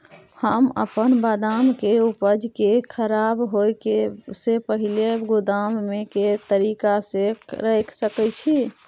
हम अपन बदाम के उपज के खराब होय से पहिल गोदाम में के तरीका से रैख सके छी?